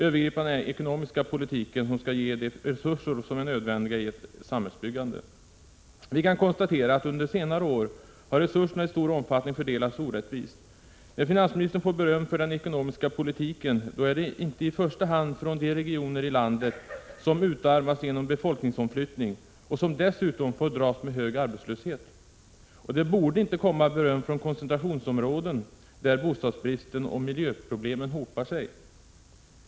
Övergripande är den ekonomiska politiken som skall ge de resurser som är nödvändiga i ett samhällsbyggande. Vi kan konstatera att resurserna i stor omfattning har fördelats orättvist under senare år. När finansministern får beröm för den ekonomiska politiken, är det inte i första hand från de regioner i landet som utarmas genom befolkningsomflyttning och som dessutom får dras med hög arbetslöshet. Och det borde inte komma beröm från koncentrationsområden där bostadsbristen och miljöproblemen hopar sig.